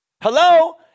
Hello